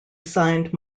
signed